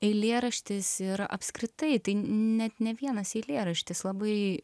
eilėraštis ir apskritai tai net ne vienas eilėraštis labai